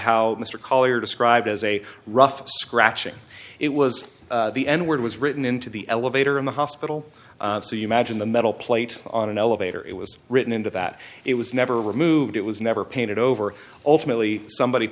how mr collyer described as a rough scratching it was the n word was written into the elevator in the hospital so you magine the metal plate on an elevator it was written into that it was never removed it was never painted over ultimately somebody